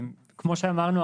כמו שאמרנו,